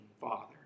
Father